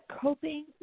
coping